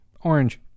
Orange